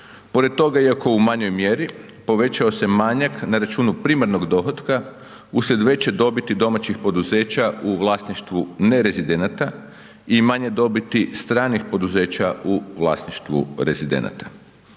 Pored toga iako u manjoj mjeri, povećao se manjak na računu primarnog dohotka uslijed veće dobiti domaćih poduzeća u vlasništvu ne rezidenata i manje dobiti stranih poduzeća u vlasništvu rezidenata,